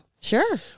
sure